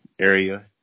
area